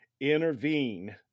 intervene